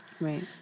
Right